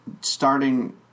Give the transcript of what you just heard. starting